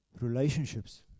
relationships